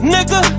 Nigga